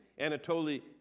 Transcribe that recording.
Anatoly